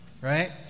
right